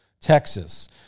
Texas